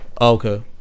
okay